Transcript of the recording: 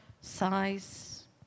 size